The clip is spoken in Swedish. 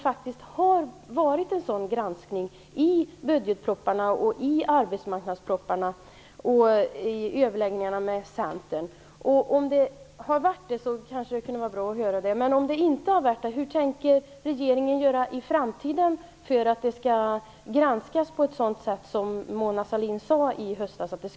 Har det gjorts en sådan granskning av budget och arbetsmarknadspropositionerna och av överläggningarna med Centern? Om inte - hur tänker regeringen agera för att en granskning skall göras på det sätt som Mona Sahlin sade i höstas?